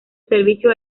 servicio